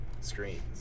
screens